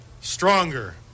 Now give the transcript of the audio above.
stronger